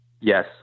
Yes